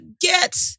get